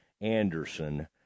Anderson